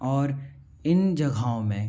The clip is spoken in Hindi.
और इन जगहों में